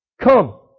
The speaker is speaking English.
come